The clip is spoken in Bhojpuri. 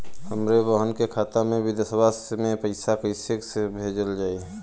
हमरे बहन के खाता मे विदेशवा मे पैसा कई से भेजल जाई?